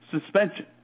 suspension